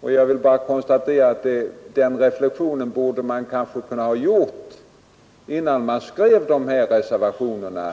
Jag vill bara konstatera att den reflexionen borde man kanske ha gjort innan man skrev dessa reservationer.